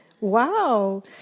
Wow